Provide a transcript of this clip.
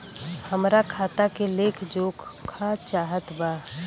हमरा खाता के लेख जोखा चाहत बा?